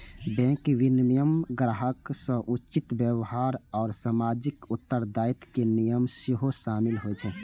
bank विनियमन मे ग्राहक सं उचित व्यवहार आ सामाजिक उत्तरदायित्वक नियम सेहो शामिल होइ छै